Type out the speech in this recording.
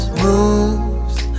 moves